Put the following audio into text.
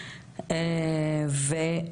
הוא שולט בטלפון שלי,